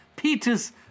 Peters